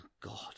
God